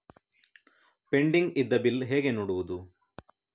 Pending ಇದ್ದ bill ಹೇಗೆ ನೋಡುವುದು?